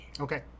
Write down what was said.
okay